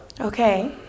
Okay